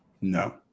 no